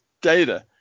data